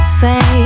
say